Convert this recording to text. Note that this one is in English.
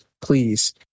please